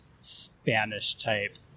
Spanish-type